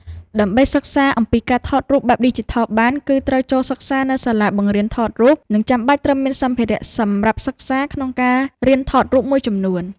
ដើម្បីសិក្សាអំពីការថតរូបបែបឌីជីថលបាន គឺត្រូវចូលសិក្សានៅសាលាបង្រៀនថតរូប និងចាំបាច់ត្រូវមានសម្ភារ:សម្រាប់សិក្សាក្នុងការរៀនថតរូបមួយចំនួន។